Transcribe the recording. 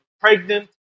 pregnant